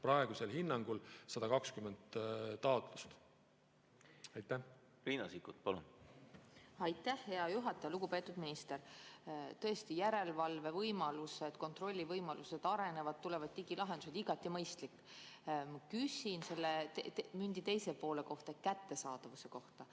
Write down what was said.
praegusel hinnangul umbes 120. Riina Sikkut, palun! Riina Sikkut, palun! Aitäh, hea juhataja! Lugupeetud minister! Tõesti, järelevalve võimalused, kontrollivõimalused arenevad, tulevad digilahendused. Igati mõistlik. Küsin selle mündi teise poole, kättesaadavuse kohta.